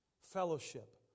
fellowship